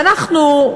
ואנחנו,